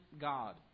God